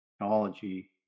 technology